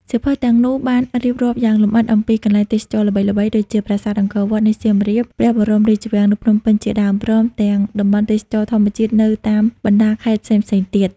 សៀវភៅទាំងនោះបានរៀបរាប់យ៉ាងលម្អិតអំពី កន្លែងទេសចរណ៍ល្បីៗ ដូចជាប្រាសាទអង្គរវត្តនៅសៀមរាប ព្រះបរមរាជវាំងនៅភ្នំពេញជាដើម ព្រមទាំងតំបន់ទេសចរណ៍ធម្មជាតិនៅតាមបណ្ដាខេត្តផ្សេងៗទៀត។